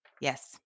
Yes